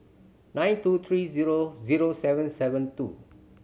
nine two three zero zero seven seven two